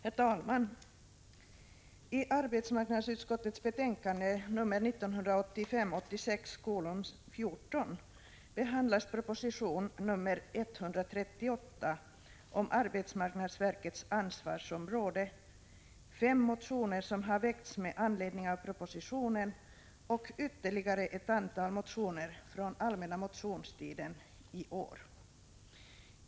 Herr talman! I arbetsmarknadsutskottets betänkande 1985/86:14 behandlas proposition nr 138 om arbetsmarknadsverkets ansvarsområde, fem motioner som har väckts med anledning av propositionen och ytterligare ett antal motioner från allmänna motionstiden i år.